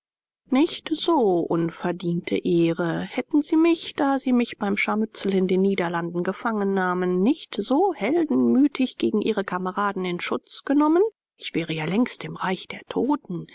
nicht so unverdiente ehre hätten sie mich da sie mich beim scharmützel in den niederlanden gefangen nahmen nicht so heldenmütig gegen ihre kameraden in schutz genommen ich wäre ja längst im reich der toten